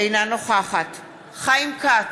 אינה נוכחת חיים כץ,